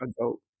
adult